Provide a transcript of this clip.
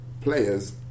players